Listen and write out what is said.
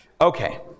Okay